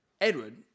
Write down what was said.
Edward